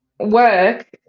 work